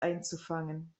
einzufangen